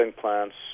plants